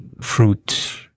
fruit